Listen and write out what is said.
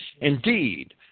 Indeed